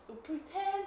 to pretend